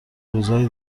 روزای